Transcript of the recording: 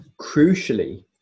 crucially